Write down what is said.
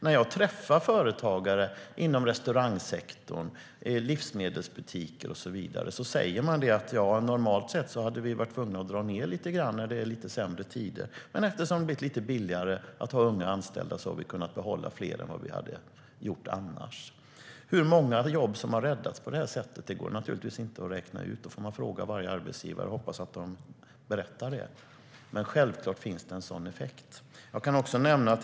När jag träffar företagare inom restaurangsektorn, dagligvaruhandeln och så vidare säger de: Normalt sett hade vi varit tvungna att dra ned lite när det är sämre tider, men eftersom det har blivit lite billigare att ha unga anställda har vi kunnat behålla fler än vi hade behållit annars. Hur många jobb som har räddats på det här sättet går naturligtvis inte att räkna ut. Då får man fråga varje arbetsgivare och hoppas att de berättar det. Men självklart finns det en sådan effekt.